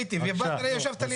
אני הייתי ובאת וישבת לידי.